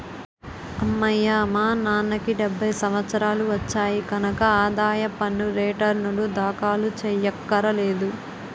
అమ్మయ్యా మా నాన్నకి డెబ్భై సంవత్సరాలు వచ్చాయి కనక ఆదాయ పన్ను రేటర్నులు దాఖలు చెయ్యక్కర్లేదు